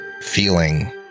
feeling